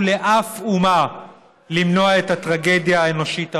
לאף אומה למנוע את הטרגדיה האנושית הבאה.